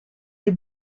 des